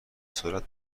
سرعت